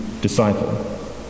disciple